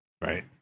Right